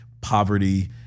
poverty